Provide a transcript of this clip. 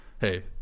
Hey